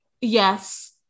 Yes